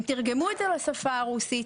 הם תרגמו את זה לשפה הרוסית,